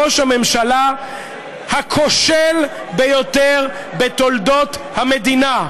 ראש הממשלה הכושל ביותר בתולדות המדינה,